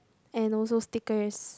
and also stickers